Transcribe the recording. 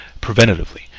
preventatively